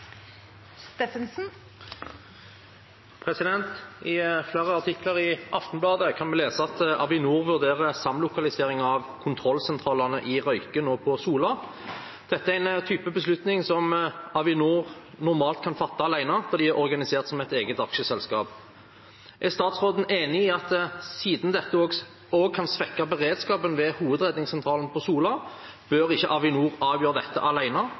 flere artikler i Aftenbladet kan vi lese at Avinor vurderer samlokalisering av kontrollsentralene i Røyken og på Sola. Dette er en type beslutning Avinor normalt kan fatte alene, da de er organisert som et eget AS. Er statsråden enig i at siden dette